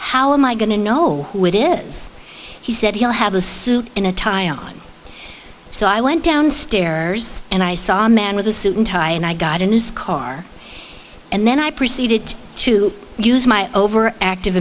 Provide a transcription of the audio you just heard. how am i going to know who it is he said he'll have a suit in a tie on so i went downstairs and i saw a man with a suit and tie and i got in his car and then i proceeded to use my over active